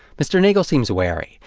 mr. neagle seems wary.